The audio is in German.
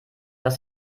dass